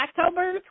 October